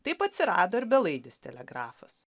taip atsirado ir belaidis telegrafas